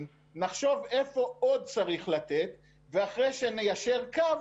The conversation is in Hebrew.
ונחשוב איפה עוד צריך לתת ואחרי שניישר קו,